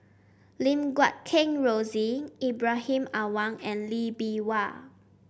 Lim Guat Kheng Rosie Ibrahim Awang and Lee Bee Wah